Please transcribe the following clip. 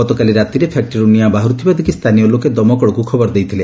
ଗତକାଲି ରାତିରେ ଫ୍ୟାକ୍ଟିରୁ ନିଆଁ ବାହାରୁଥିବା ଦେଖ୍ ସ୍ରାନୀୟ ଲୋକେ ଦମକଳକ୍ ଖବର ଦେଇଥିଲେ